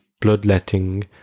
bloodletting